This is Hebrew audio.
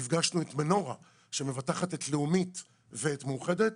נפגשנו עם מנורה, שמבטחת את לאומית ואת מאוחדת.